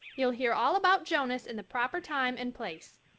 you'll hear all about jonas in the proper time and place.